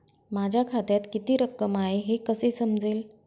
माझ्या खात्यात किती रक्कम आहे हे कसे समजेल?